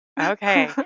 Okay